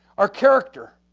our character.